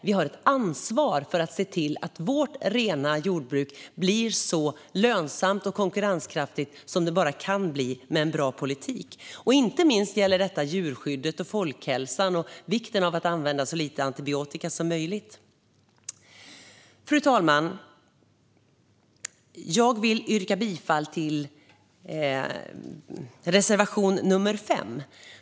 Vi har ett ansvar att se till att vårt rena jordbruk blir så lönsamt och konkurrenskraftigt som det bara kan bli med en bra politik. Inte minst gäller detta djurskyddet, folkhälsan och vikten av att använda så lite antibiotika som möjligt. Fru talman! Jag vill yrka bifall till reservation nr 5.